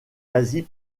asie